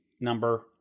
number